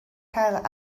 cael